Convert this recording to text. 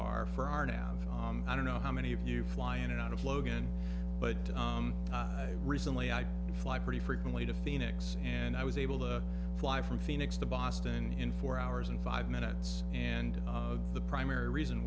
are for our now i don't know how many of you fly in and out of logan but recently i fly pretty frequently to phoenix and i was able to fly from phoenix to boston in four hours and five minutes and the primary reason